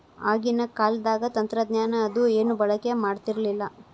ಆಗಿನ ಕಾಲದಾಗ ತಂತ್ರಜ್ಞಾನ ಅದು ಏನು ಬಳಕೆ ಮಾಡತಿರ್ಲಿಲ್ಲಾ